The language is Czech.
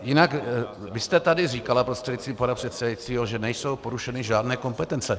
Jinak vy jste tady říkala prostřednictvím pana předsedajícího, že nejsou porušeny žádné kompetence.